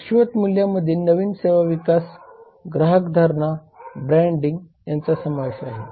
शाश्वत मूल्यामध्ये नवीन सेवा विकास ग्राहक धारणा आणि ब्रँडिंग यांचा समावेश आहे